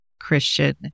Christian